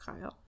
Kyle